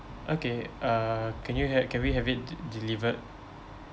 okay uh can you ha~ can we have it de~ delivered